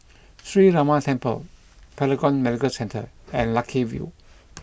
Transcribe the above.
Sree Ramar Temple Paragon Medical Centre and Lucky View